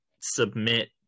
submit